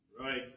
Right